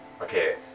okay